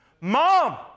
Mom